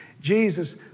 Jesus